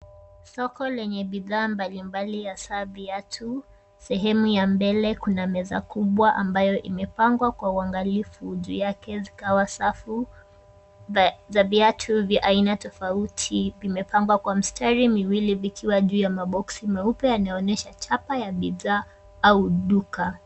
Soko lenye bidhaa mbalimbali hasa viatu, sehemu ya mbele kuna meza kubwa ambayo imepangwa kwa uangalifu juu yake zikawa safu za viatu vya aina tofauti vimepangwa kwa mstari miwili vikiwa juu ya maboksi meupe yanayoonesha chapa ya bidhaa au duka.